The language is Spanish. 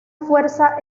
fuerza